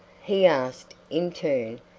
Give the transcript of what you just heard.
he asked, in turn,